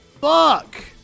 Fuck